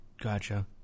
Gotcha